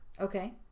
Okay